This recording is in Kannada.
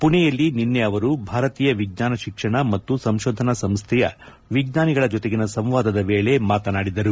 ಪುಣೆಯಲ್ಲಿ ನಿನ್ನೆ ಅವರು ಭಾರತೀಯ ವಿಜ್ಞಾನ ಶಿಕ್ಷಣ ಮತ್ತು ಸಂಶೋಧನಾ ಸಂಶ್ಠೆಯ ವಿಜ್ಞಾನಿಗಳ ಜತೆಗಿನ ಸಂವಾದದ ವೇಳೆ ಮಾತನಾಡಿದರು